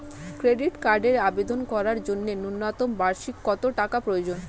Credit কার্ডের আবেদন করার জন্য ন্যূনতম বার্ষিক কত টাকা প্রয়োজন?